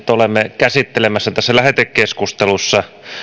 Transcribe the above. olemme käsittelemässä tässä lähetekeskustelussa